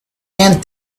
and